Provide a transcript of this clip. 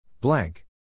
Blank